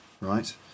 right